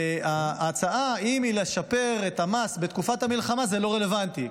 ההצעה אם לשפר את המס בתקופת המלחמה היא לא רלוונטית,